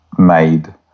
made